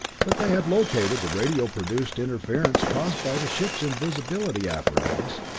but they had located the radio-produced interference caused by the ship's invisibility apparatus,